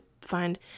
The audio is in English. find